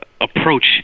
approach